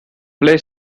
play